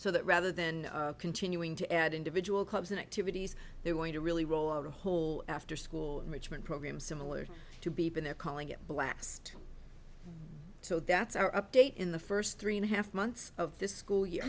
so that rather than continuing to add individual clubs and activities they're going to really roll out a whole afterschool richmond program similar to beeping they're calling it blast so that's our update in the first three and a half months of this school year